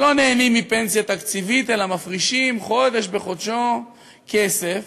שלא נהנים מפנסיה תקציבית אלא מפרישים מדי חודש בחודשו כסף,